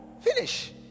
Finish